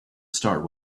start